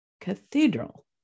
Cathedral